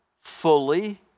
fully